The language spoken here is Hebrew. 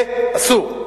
זה אסור.